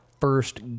first